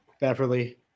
Beverly